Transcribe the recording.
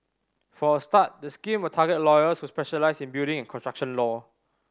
for a start the scheme will target lawyers who specialise in building and construction law